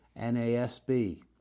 NASB